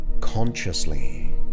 consciously